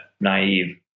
naive